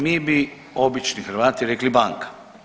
Mi bi obični Hrvati rekli banka.